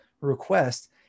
request